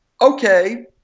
okay